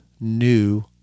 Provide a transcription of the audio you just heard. new